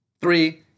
Three